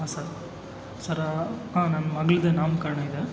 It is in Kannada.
ಹಾಂ ಸರ್ ಸರ್ ಹಾಂ ನನ್ನ ಮಗಳದ್ದು ನಾಮಕರಣ ಇದೆ